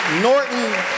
Norton